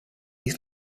was